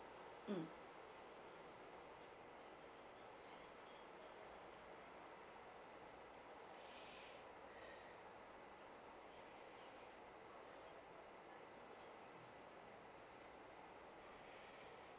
mm